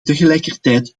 tegelijkertijd